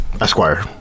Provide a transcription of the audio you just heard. Esquire